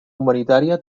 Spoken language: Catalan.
humanitària